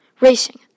racing